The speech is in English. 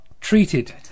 treated